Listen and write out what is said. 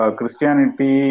Christianity